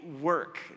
work